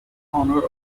honour